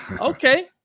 Okay